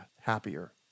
happier